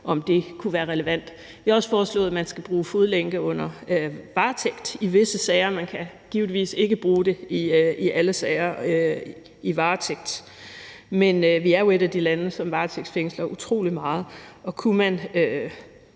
om det kunne være relevant. Vi har også foreslået, at man skal bruge fodlænke under varetægt i visse sager. Man kan givetvis ikke bruge det i alle sager i varetægt. Men vi er jo et af de lande, som varetægtsfængsler utrolig meget, og kunne man